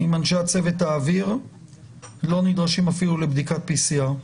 אם אנשי צוות האוויר לא נדרשים אפילו לבדיקת ׁPCR.